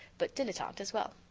but dilettante as well.